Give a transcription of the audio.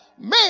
Man